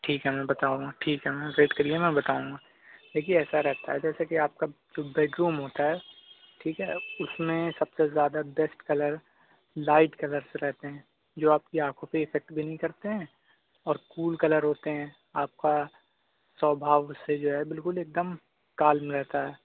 ٹھیک ہے میں بتاؤں گا ٹھیک ہے میم ویٹ کریے میں بتاؤں گا دیکھیے ایسا رہتا ہے جیسے کہ آپ کا جو بیڈ روم ہوتا ہے ٹھیک ہے اس میں سب سے زیادہ بیسٹ کلر لائٹ کلرز رہتے ہیں جو آپ کی آنکھوں پہ افیکٹ بھی نہیں کرتے ہیں اور کول کلر ہوتے ہیں آپ کا سوبھاؤ اس سے جو ہے بالکل ایک دم کالم رہتا ہے